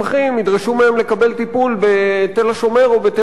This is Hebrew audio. ידרשו מהם לקבל טיפול בתל-השומר או בתל-אביב.